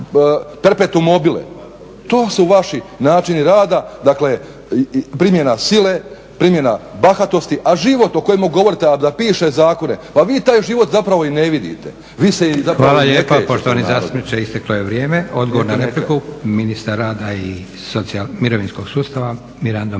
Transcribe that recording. perpetuum mobile, to su vaši načini radi. dakle, primjena sile, primjena bahatosti a život o kojemu govorite a da piše zakone, pa vi taj život zapravo i ne vidite. Vi se zapravo i … **Leko, Josip (SDP)** Hvala lijepo poštovani zastupniče, isteklo je vrijeme. Odgovor na repliku, ministar rada i mirovinskog sustava Mirando Mrsić,